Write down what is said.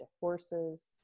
horses